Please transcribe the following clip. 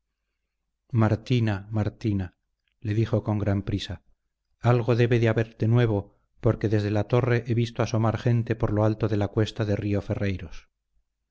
martina martina le dijo con gran prisa algo debe de haber de nuevo porque desde la torre he visto asomar gente por lo alto de la cuesta de río ferreiros